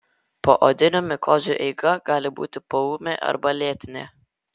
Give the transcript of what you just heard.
poodinių mikozių eiga gali būti poūmė arba lėtinė